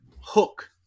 Hook